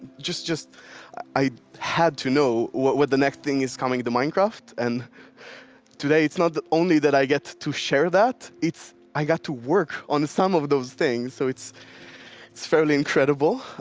just just i had to know what what the next thing is coming to minecraft. and today, it's not only that i get to share that, it's i got to work on some of those things. so it's it's fairly incredible.